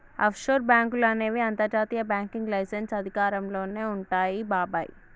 offshore బాంకులు అనేవి అంతర్జాతీయ బ్యాంకింగ్ లైసెన్స్ అధికారంలోనే వుంటాయి బాబాయ్